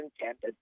intended